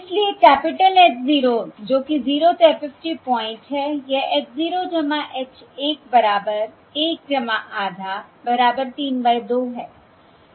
इसलिए capital H 0 जो कि 0th FFT पॉइंट है यह h 0 h 1 बराबर 1 आधा बराबर 3 बाय 2 है